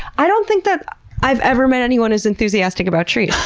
i don't think that i've ever met anyone as enthusiastic about trees. ha!